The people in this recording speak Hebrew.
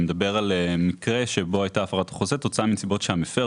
הוא מדבר על מקרה שבו הייתה הפרת חוזה כתוצאה שנסיבות שהמפר,